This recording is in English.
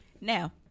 Now